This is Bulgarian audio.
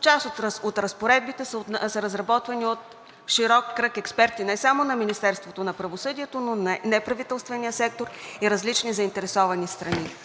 част от разпоредбите са разработвани от широк кръг експерти не само на Министерството на правосъдието, но на неправителствения сектор и различни заинтересовани страни.